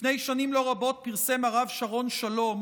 לפני שנים לא רבות פרסם הרב שרון שלום